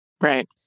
Right